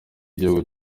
igihugu